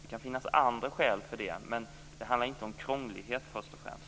Det kan finnas andra skäl för det, men det handlar inte om krånglighet först och främst.